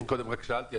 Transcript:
קודם רק שאלתי.